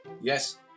Yes